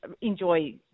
enjoy